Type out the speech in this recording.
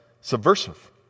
subversive